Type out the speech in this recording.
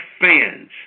fans